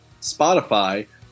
Spotify